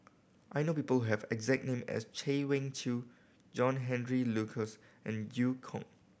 I know people who have the exact name as Chay Weng Yew John Henry Duclos and Eu Kong